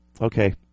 Okay